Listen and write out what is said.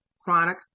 chronic